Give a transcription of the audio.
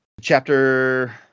Chapter